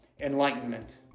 enlightenment